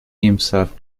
himself